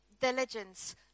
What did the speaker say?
diligence